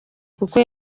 kuko